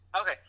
Okay